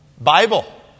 Bible